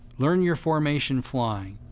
learn your formation flying.